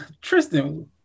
Tristan